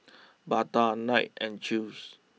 Bata Knight and Chew's